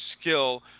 skill